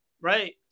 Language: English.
Right